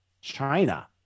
China